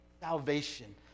salvation